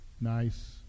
nice